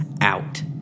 out